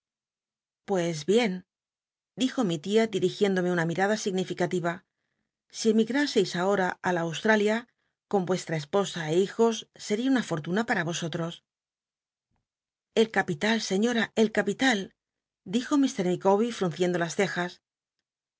pues bien dijo mi tia dirigiéndome una mimela significalira si emigr seis ahora á la australia con westra esposa é hijos setia una fortuna para vosotros el capital señora el capital dijo mr micawber frunciendo las cejas